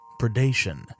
Predation